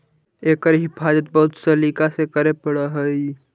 एकर हिफाज़त बहुत सलीका से करे पड़ऽ हइ